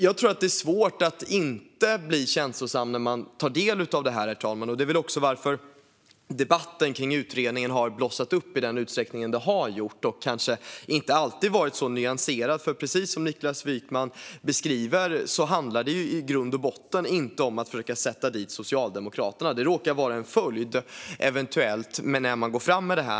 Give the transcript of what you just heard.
Jag tror att det är svårt att inte bli upprörd när man tar del av detta, och det är väl också därför debatten om utredningen har blossat upp i sådan utsträckning och kanske inte alltid varit helt nyanserad. Men precis som Niklas Wykman beskriver handlar det i grund och botten inte om att sätta dit Socialdemokraterna, även om det kan bli en följd av detta.